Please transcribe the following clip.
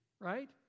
right